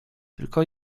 tylko